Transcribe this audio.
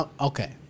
okay